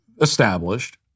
established